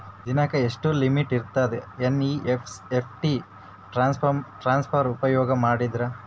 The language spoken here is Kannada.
ದಿನಕ್ಕ ಎಷ್ಟ ಲಿಮಿಟ್ ಇರತದ ಎನ್.ಇ.ಎಫ್.ಟಿ ಟ್ರಾನ್ಸಫರ್ ಉಪಯೋಗ ಮಾಡಿದರ?